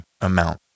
amount